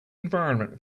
environment